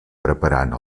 preparant